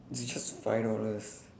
it's just five dollars